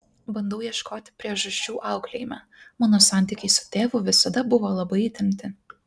bandau ieškoti priežasčių auklėjime mano santykiai su tėvu visada buvo labai įtempti